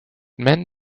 men